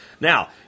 Now